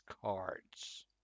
cards